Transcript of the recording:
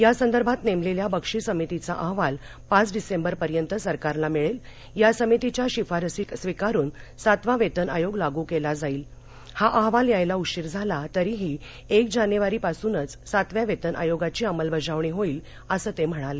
या संदर्भात नेमलेल्या बक्षी समितीचा अहवाल पाच डिसेंबर पर्यंत सरकारला मिळेल या समितीच्या शिफारशी स्वीकारून सातवा वेतन आयोग लागू केला जाईल हा अहवाल यायला उशीर झाला तरीही एक जानेवारी पासूनच सातव्या वेतन आयोगाची अंमलबजावणी होईल असं ते म्हणाले